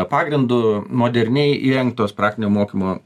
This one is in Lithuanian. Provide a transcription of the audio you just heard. pagrindu moderniai įrengtos praktinio mokymo